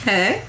Hey